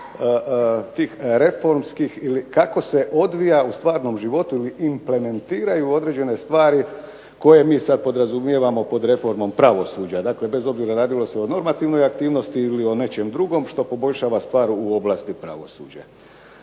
tih reformskih ili kako se odvija u stvarnom životu ili implementiraju određene stvari koje mi sad podrazumijevamo pod reformom pravosuđa. Dakle, bez obzira radilo se o normativnoj aktivnosti ili o nečem drugom što poboljšava stvar u oblasti pravosuđa.